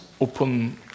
open